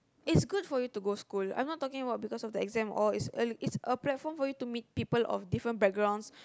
it's good for you to go school I'm not talking about because of the exams or it's a it's a platform for you to meet people of different backgrounds